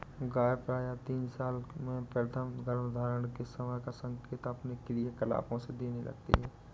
गाय प्रायः तीन साल में प्रथम गर्भधारण के समय का संकेत अपने क्रियाकलापों से देने लगती हैं